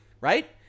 right